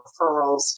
referrals